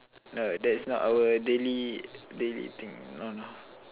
no that is not our daily daily thing no no